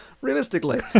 realistically